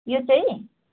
यो चाहिँ